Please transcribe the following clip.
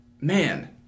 Man